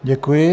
Děkuji.